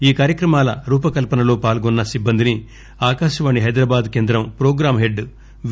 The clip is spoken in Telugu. ఈ కార్యక్రమాల రూపకల్పన లో పాల్గొన్న సిబ్బందిని ఆకాశవాణి హైదరాబాదు కేంద్రం ప్రోగ్రాం హెడ్ వి